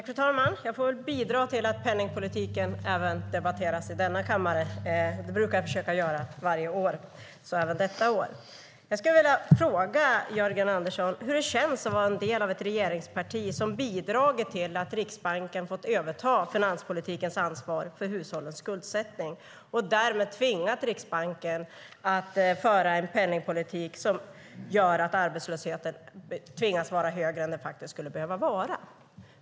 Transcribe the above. Fru talman! Jag får väl bidra till att penningpolitiken debatteras även i denna kammare. Det brukar jag försöka göra varje år, så även detta år. Jag skulle vilja fråga Jörgen Andersson hur det känns att vara en del av ett regeringsparti som har bidragit till att Riksbanken fått överta finanspolitikens ansvar för hushållens skuldsättning och därmed pressat Riksbanken att föra en penningpolitik som gör att arbetslösheten tvingas vara högre än den faktiskt skulle behöva vara.